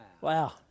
Wow